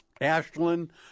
Ashland